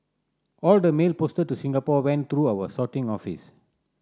all the mail posted to Singapore went through our sorting office